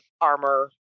armor